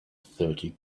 thirty